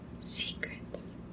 secrets